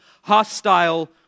hostile